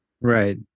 right